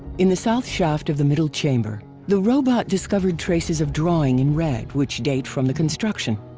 in the south shaft of the middle chamber the robot discovered traces of drawing in red which date from the construction.